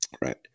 right